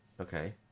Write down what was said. okay